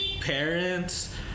parents